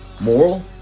moral